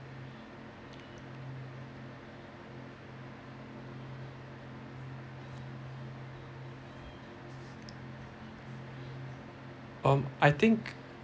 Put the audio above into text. um I think